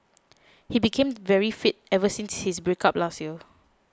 he became very fit ever since his break up last year